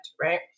Right